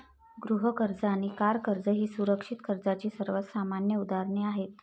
गृह कर्ज आणि कार कर्ज ही सुरक्षित कर्जाची सर्वात सामान्य उदाहरणे आहेत